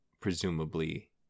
presumably